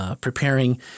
preparing